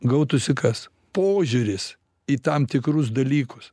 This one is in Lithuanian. gautųsi kas požiūris į tam tikrus dalykus